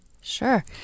Sure